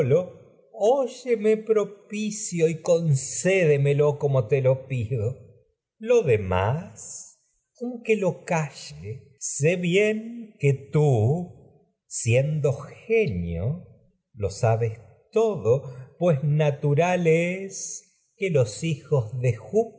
óye me propicio y concédemelo como te lo pido lo demás aunque lo calle sé bien que tú siendo genio lo sabes todo vean pues natural es que los hijos de